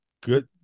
good